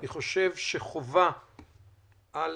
אני חושב שחובה על